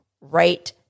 right